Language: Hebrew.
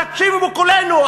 תקשיבו בקולנו,